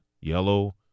Yellow